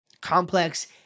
complex